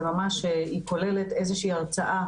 היא כוללת איזושהי הרצאה,